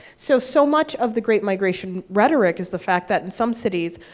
so, so much of the great migration rhetoric is the fact that, in some cities,